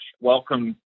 welcome